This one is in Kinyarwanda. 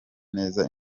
neza